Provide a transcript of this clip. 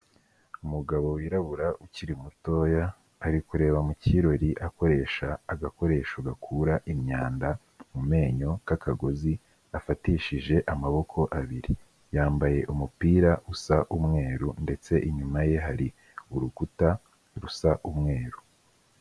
Umugabo wirabura ukiri mutoya ari kureba mu kirori akoresha agakoresho gakura imyanda mu menyo k'akagozi afatishije amaboko abiri, yambaye umupira usa umweru ndetse inyuma ye hari urukuta rusa umweru.